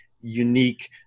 unique